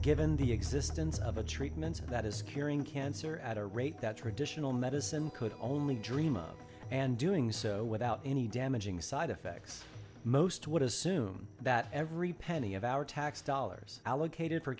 given the existence of a treatment that is curing cancer at a rate that traditional medicine could only dream of and doing so without any damaging side effects most would assume that every penny of our tax dollars allocated for